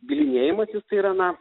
bylinėjimasis tai yra na